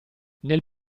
nel